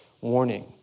warning